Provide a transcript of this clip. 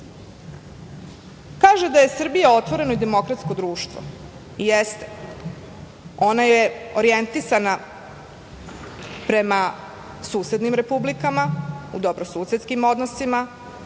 kaže da je Srbija otvoreno i demokratsko društvo. Jeste, ona je orjentisana prema susednim republikama u dobrosusedskim odnosima,